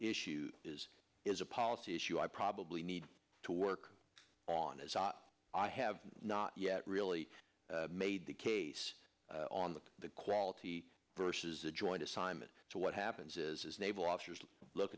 issue is is a policy issue i probably need to work on as i have not yet really made the case on the the quality versus the joint assignment to what happens is naval officers look